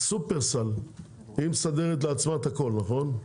שופרסל היא מסדרת לעצמה את הכול נכון?